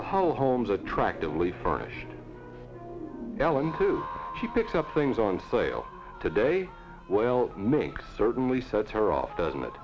the whole home's attractively furnished ellen too she picks up things on sale today well makes certainly sets her off doesn't it